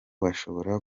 bashobora